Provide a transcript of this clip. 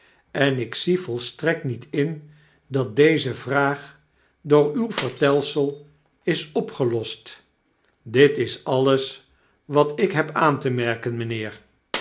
en ik zie volstrekt niet in dat deze vraag door uw vertelsel is opgelost dit is alles wat ik heb aan te merken mynheer